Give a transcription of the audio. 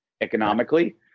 economically